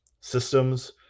systems